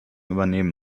übernehmen